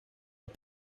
het